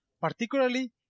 Particularly